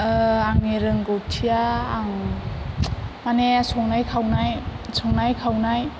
आंनि रोंगौथिया आं माने संनाय खावनाय संनाय खावनाय